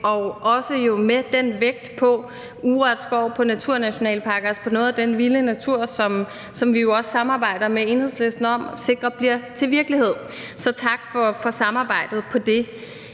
– også med den vægt på urørt skov, på naturnationalparker, på noget af den vilde natur, som vi også samarbejder med Enhedslisten om at sikre bliver til virkelighed. Så tak for samarbejdet om det.